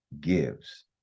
gives